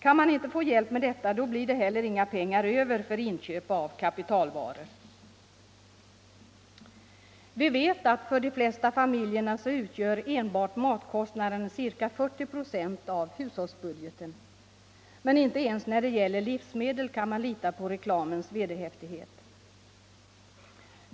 Kan man inte få hjälp med detta, då blir det heller inga pengar över för inköp av kapitalvaror. Vi vet att för de flesta familjer utgör enbart matkostnaden ca 40 procent av hushållsbudgeten. Men inte ens när det gäller livsmedel kan man lita på reklamens vederhäftighet.